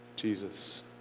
Jesus